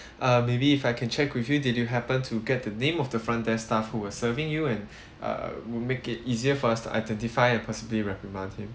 uh maybe if I can check with him did you happen to get the name of the front desk staff who were serving you and uh would make it easier for us to identify and possibly reprimand him